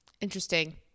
interesting